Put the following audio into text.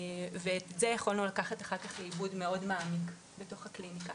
את זה יכולנו לקחת אחר כך לעיבוד מאוד מעמיק בתוך הקליניקה.